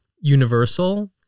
universal